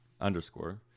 underscore